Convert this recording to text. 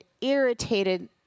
irritated